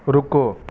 रुको